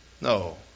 No